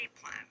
plan